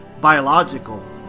biological